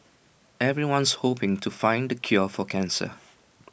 everyone's hoping to find the cure for cancer